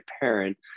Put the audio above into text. parent